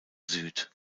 süd